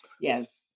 Yes